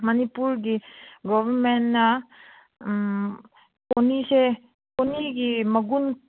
ꯃꯅꯤꯄꯨꯔꯒꯤ ꯒꯣꯕꯔꯃꯦꯟꯅ ꯎꯝ ꯄꯣꯅꯤꯁꯦ ꯄꯣꯅꯤꯒꯤ ꯃꯒꯨꯟ